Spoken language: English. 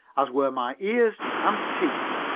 as were my ears and teeth.